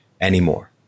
anymore